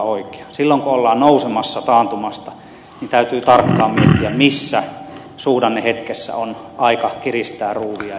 silloin kun ollaan nousemassa taantumasta täytyy tarkkaan miettiä missä suhdannehetkessä on aika kiristää ruuvia